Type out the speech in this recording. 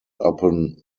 upon